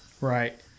Right